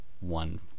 one